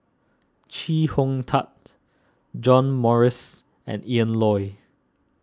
Chee Hong Tat John Morrice and Ian Loy